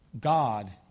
God